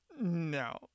No